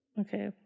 Okay